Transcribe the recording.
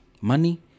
money